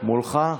מולך?